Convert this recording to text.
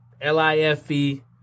L-I-F-E